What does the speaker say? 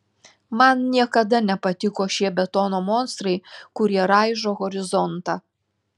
man niekada nepatiko šie betono monstrai kurie raižo horizontą